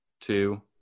two